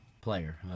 player